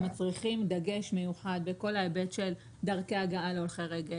הם מצריכים דגש מיוחד בכל ההיבט של דרכי הגעה להולכי רגל,